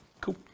Cool